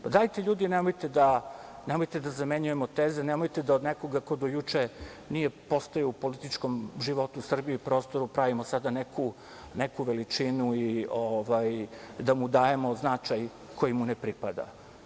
Pa, dajte ljudi, nemojte da zamenjujemo teze, nemojte da od nekog ko do juče nije postojao u političkom životu Srbije i prostoru, pravimo sad neku veličinu i da mu dajemo značaj koji mu ne pripada.